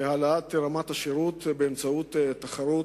שיפור השירות באמצעות תחרות,